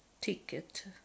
ticket